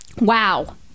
Wow